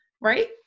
right